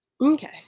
Okay